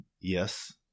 Yes